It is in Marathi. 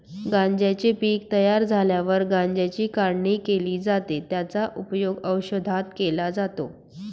गांज्याचे पीक तयार झाल्यावर गांज्याची काढणी केली जाते, त्याचा उपयोग औषधात केला जातो